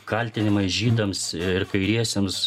kaltinimai žydams ir kairiesiems